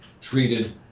treated